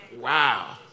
Wow